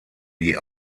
die